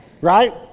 Right